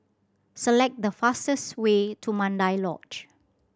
select the fastest way to Mandai Lodge